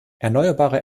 erneuerbare